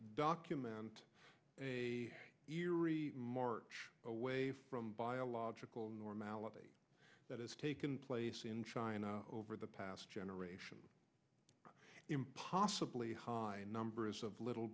document a march away from biological normality that has taken place in china over the past generation impossibly high numbers of little